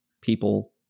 people